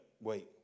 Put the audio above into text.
Wait